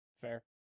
Fair